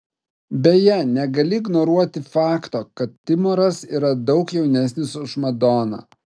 beje negali ignoruoti fakto kad timoras yra daug jaunesnis už madoną